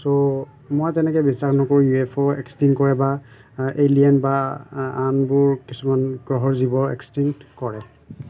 চ' মই তেনেকে বিশ্বাস নকৰোঁ ইউ এফ অ' এক্সটিং কৰে বা এলিয়েন বা আনবোৰ কিছুমান গ্ৰহৰ জীৱ এক্সটিংট কৰে